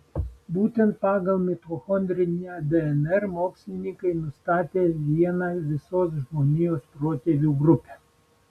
būtent pagal mitochondrinę dnr mokslininkai nustatė vieną visos žmonijos protėvių grupę